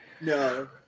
No